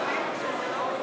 למה מחכים?